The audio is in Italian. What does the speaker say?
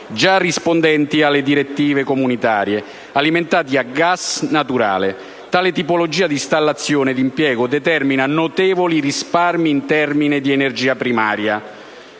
gia rispondenti alle direttive comunitarie, alimentate a gas naturale. Tale tipologia di installazione e di impiego determina notevoli risparmi in termini di energia primaria